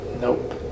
Nope